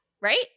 Right